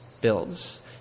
builds